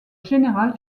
général